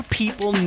people